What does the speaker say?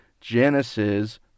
Genesis